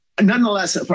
nonetheless